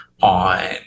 on